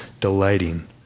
delighting